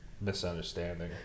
misunderstanding